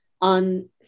on